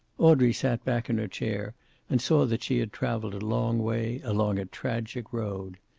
audrey sat back in her chair and saw that she had traveled a long way along a tragic road.